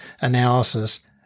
analysis